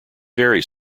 vary